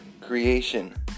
creation